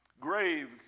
grave